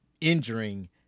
injuring